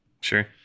sure